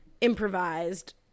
improvised